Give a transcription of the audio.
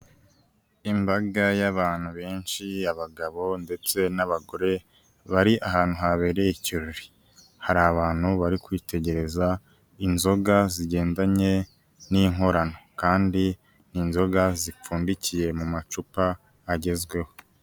Imbaga y'abantu benshi abagabo ndetse n'abagore bari ahantu habereye ikirori, hari abantu bari kwitegereza inzoga zigendanye n'inkorano kandi ni inzoga zipfundikiye mu macupa agezweho.